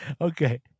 Okay